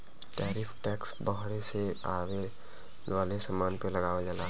tariff tax बहरे से आये वाले समान पे लगावल जाला